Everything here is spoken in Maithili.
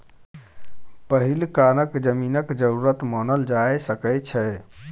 पहिल कारण जमीनक जरूरत मानल जा सकइ छै